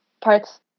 parts